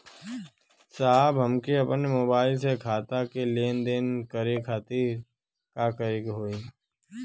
साहब हमके अपने मोबाइल से खाता के लेनदेन करे खातिर का करे के होई?